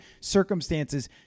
circumstances